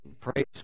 Praise